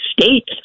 states